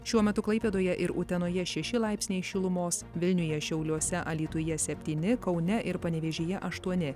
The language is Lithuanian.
šiuo metu klaipėdoje ir utenoje šeši laipsniai šilumos vilniuje šiauliuose alytuje septyni kaune ir panevėžyje aštuoni